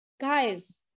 guys